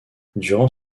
durant